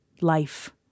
life